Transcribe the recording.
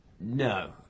No